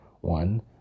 one